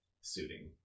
suiting